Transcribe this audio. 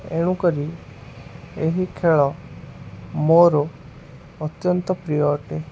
ଏଣୁକରି ଏହି ଖେଳ ମୋର ଅତ୍ୟନ୍ତ ପ୍ରିୟ ଅଟେ